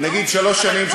נגיד שלוש שנים,